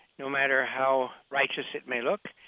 no matter how righteous it may look,